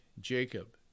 Jacob